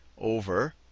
over